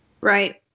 right